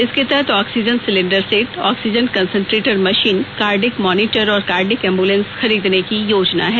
इसके तहत oxygen cylinder set oxygen concentrator machine cardiac monitor और कार्डिक एम्बुलेंस खरीदने की योजना है